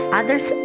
others